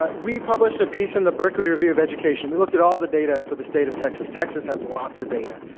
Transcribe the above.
we published a piece in the berkeley review of education. we looked at all the data for the state of texas. texas has lots of data.